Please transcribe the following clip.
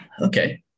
Okay